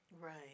right